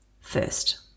first